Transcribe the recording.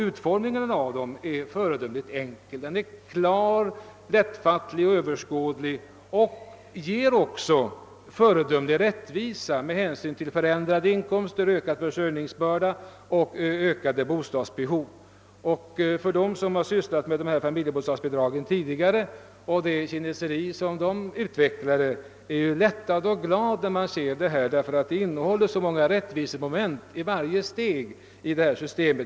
Utformningen av förslaget är föredömligt enkel. Förslaget är klart, lättfattligt och överskådligt och det är också utomordentligt rättvist med hänsyn till förändrade inkomster, ökad försörjningsbörda och behov av större bostäder. De som sysslat med dessa familjebostadsbidrag tidigare och varit invecklade i det kineseri som det arbetet medförde bör bli lättade och glada då de ser det nya förslaget, eftersom det innehåller så många rättvisemoment i varje steg.